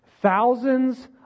thousands